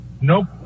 Nope